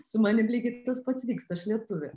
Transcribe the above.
su manim lygiai tas pats vyksta aš lietuvė